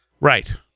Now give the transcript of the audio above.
Right